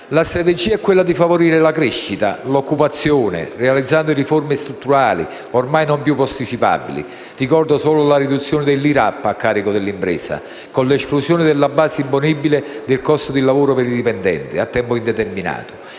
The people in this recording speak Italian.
La strategia è favorire la crescita e l'occupazione, realizzando riforme strutturali ormai non più posticipabili. Ricordo solo la riduzione dell'IRAP a carico dell'impresa con l'esclusione dalla base imponibile del costo del lavoro per i dipendenti a tempo indeterminato,